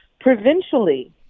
provincially